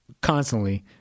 Constantly